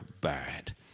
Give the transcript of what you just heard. bad